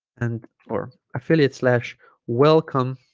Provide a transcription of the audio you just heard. and or affiliate slash welcome